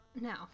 No